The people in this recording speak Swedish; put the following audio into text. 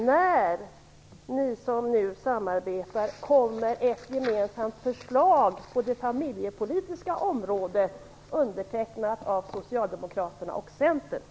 När kommer ett gemensamt förslag på det familjepolitiska området som är undertecknat av Socialdemokraterna och Centern?